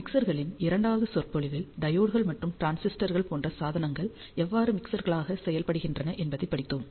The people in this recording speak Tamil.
மிக்சர்களின் இரண்டாவது சொற்பொழிவில் டையோட்கள் மற்றும் டிரான்சிஸ்டர்கள் போன்ற சாதனங்கள் எவ்வாறு மிக்சர்களாக செயல்படுகின்றன என்பதைப் படித்தோம்